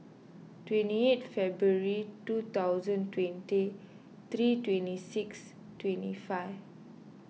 twenty eight February two thousand twenty three twenty six twenty five